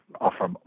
offer